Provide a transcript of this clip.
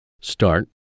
Start